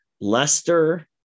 Leicester